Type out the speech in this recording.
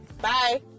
Bye